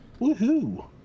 Woohoo